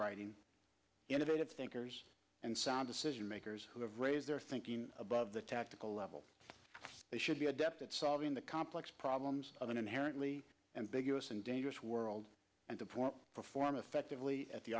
writing innovative thinkers and sound decision makers who have raised their thinking above the tactical level they should be adept at solving the complex problems of an inherently and big us and dangerous world and to perform effectively at the